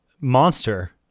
monster